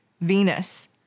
Venus